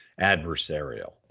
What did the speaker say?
adversarial